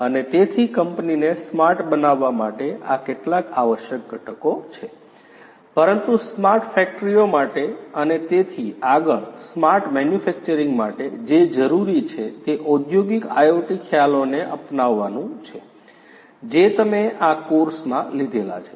અને તેથી કંપનીને સ્માર્ટ બનાવવા માટે આ કેટલાક આવશ્યક ઘટકો છે પરંતુ સ્માર્ટ ફેક્ટરીઓ માટે અને તેથી આગળ સ્માર્ટ મેન્યુફેક્ચરિંગ માટે જે જરૂરી છે તે ઔદ્યોગિક IoT ખ્યાલોને અપનાવવાનું છે જે તમે આ કોર્સમાં લીધેલા છે